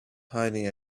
hiding